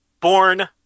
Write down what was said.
Born